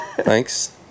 thanks